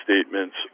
statements